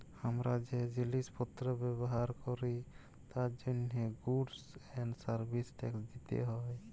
হামরা যে জিলিস পত্র ব্যবহার ক্যরি তার জন্হে গুডস এন্ড সার্ভিস ট্যাক্স দিতে হ্যয়